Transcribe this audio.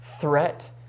threat